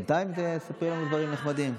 בינתיים ספרי לנו דברים נחמדים.